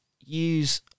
use